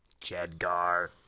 Jedgar